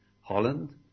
Holland